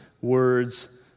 words